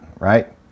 right